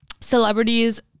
celebrities